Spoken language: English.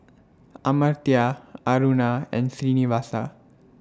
Amartya Aruna and Srinivasa